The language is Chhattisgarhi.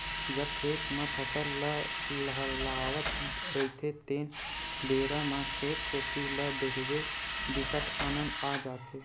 जब खेत म फसल ल लहलहावत रहिथे तेन बेरा म खेत कोती ल देखथे बिकट आनंद आ जाथे